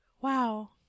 Wow